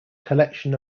collection